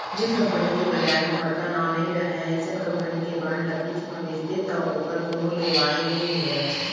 जेन कंपनी के बजार म बड़का नांव नइ रहय अइसन कंपनी के बांड ल बीच म बेचबे तौ ओकर कोनो लेवाल नइ मिलय